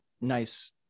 nice